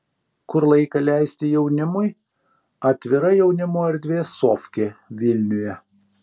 kur laiką leisti jaunimui atvira jaunimo erdvė sofkė vilniuje